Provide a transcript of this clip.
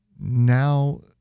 now